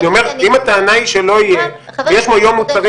אם הטענה היא שלא יהיה ויש היום מוצרים